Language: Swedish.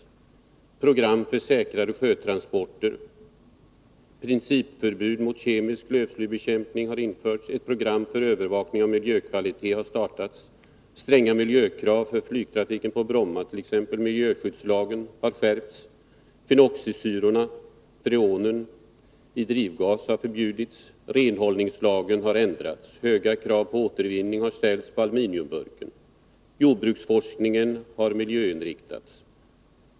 Ett program för säkrare sjötransporter har utarbetats. Principförbud mot kemisk lövslybekämpning har införts. Ett miljöprogram för övervakning av miljökvalitet har startats. Det blev stränga miljökrav för flygtrafiken på Bromma. Miljöskyddslagen har skärpts. Vi tog upp fenoxisyrorna. Freonen i drivgas har förbjudits. Renhållningslagen har ändrats. Höga krav på återvinning har ställts på aluminiumburken. Jordbruksforskningen har miljöinriktats.